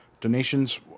donations